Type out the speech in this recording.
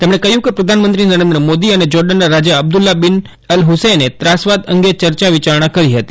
તેમણે કહ્યું કે પ્રધાનમંત્રી નરેન્દ્ર મોદી અને જોર્ડનના રાજા અબ્દુલ્લાહ બીજા બીન અલ હુસૈને ત્રાસવાદ અંગે ચર્ચા વિચારણા કરી હતી